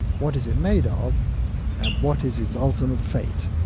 what is it made ah ah of, and what is its ultimate fate?